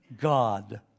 God